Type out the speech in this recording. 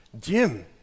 Jim